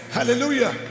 Hallelujah